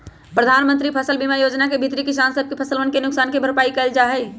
प्रधानमंत्री फसल बीमा योजना के भीतरी किसान सब के फसलवन के नुकसान के भरपाई कइल जाहई